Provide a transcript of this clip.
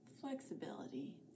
flexibility